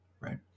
Right